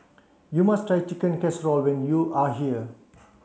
you must try Chicken Casserole when you are here